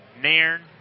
Nairn